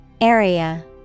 Area